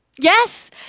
Yes